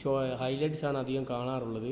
show highlights ആണ് അധികം കാണാറുള്ളത്